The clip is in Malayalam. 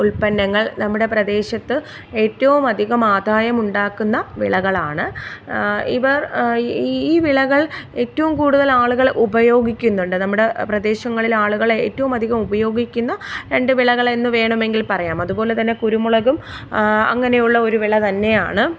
ഉൽപ്പന്നങ്ങൾ നമ്മുടെ പ്രദേശത്ത് ഏറ്റവും അധികം ആദായം ഉണ്ടാക്കുന്ന വിളകളാണ് ഇവർ ഈ ഈ വിളകൾ ഏറ്റവും കൂടുതൽ ആളുകൾ ഉപയോഗിക്കുന്നുണ്ട് നമ്മുടെ പ്രദേശങ്ങളിൽ ആളുകൾ ഏറ്റവും അധികം ഉപയോഗിക്കുന്ന രണ്ട് വിളകളെന്ന് വേണമെങ്കിൽ പറയാം അതുപോലെ തന്നെ കുരുമുളകും അങ്ങനെയുള്ള ഒരു വിള തന്നെയാണ്